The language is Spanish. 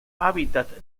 hábitat